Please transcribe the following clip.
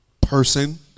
person